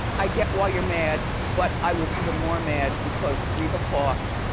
i get why you're mad, but i was even more mad, because reba coughed